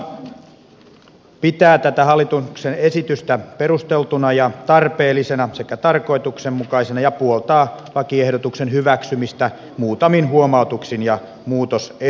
valiokunta pitää tätä hallituksen esitystä perusteltuna ja tarpeellisena sekä tarkoituksenmukaisena ja puoltaa lakiehdotuksen hyväksymistä muutamin huomautuksin ja muutosesityksin